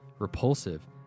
repulsive